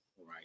Right